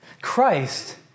Christ